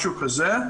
משהו כזה,